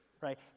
right